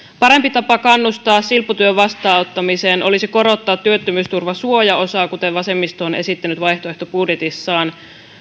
parempi tapa kannustaa silpputyön vastaanottamiseen olisi korottaa työttömyysturvan suojaosaa kuten vasemmisto on esittänyt vaihtoehtobudjetissaan